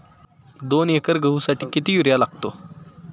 दोन एकर गहूसाठी किती युरिया लागतो?